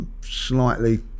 slightly